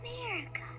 America